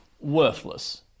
worthless